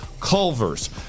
Culver's